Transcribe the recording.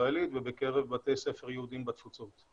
הישראלית ובקרב בתי ספר יהודים בתפוצות.